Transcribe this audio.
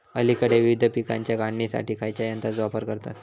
अलीकडे विविध पीकांच्या काढणीसाठी खयाच्या यंत्राचो वापर करतत?